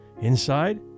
Inside